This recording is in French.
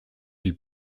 ils